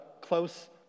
close